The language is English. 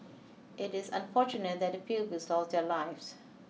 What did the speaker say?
it is unfortunate that pupils lost their lives